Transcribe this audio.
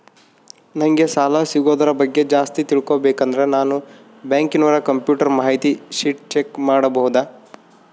ನಂಗೆ ಸಾಲ ಸಿಗೋದರ ಬಗ್ಗೆ ಜಾಸ್ತಿ ತಿಳಕೋಬೇಕಂದ್ರ ನಾನು ಬ್ಯಾಂಕಿನೋರ ಕಂಪ್ಯೂಟರ್ ಮಾಹಿತಿ ಶೇಟ್ ಚೆಕ್ ಮಾಡಬಹುದಾ?